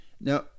Now